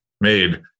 made